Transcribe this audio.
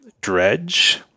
Dredge